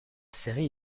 série